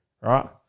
right